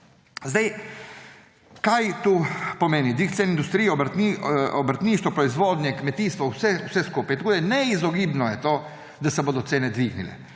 Kaj tu pomeni dvig cen v industriji, obrtništvu, proizvodnji, kmetijstvu, vse skupaj? Tako je neizogibno to, da se bodo cene dvignile.